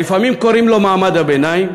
"לפעמים קוראים לו מעמד הביניים,